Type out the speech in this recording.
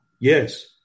Yes